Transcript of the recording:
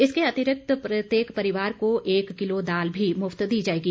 इसके अतिरिक्त प्रत्येक परिवार को एक किलो दाल भी मुफ्त दी जाएगी